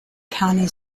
county